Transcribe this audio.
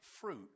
fruit